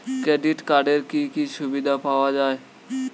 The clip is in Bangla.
ক্রেডিট কার্ডের কি কি সুবিধা পাওয়া যায়?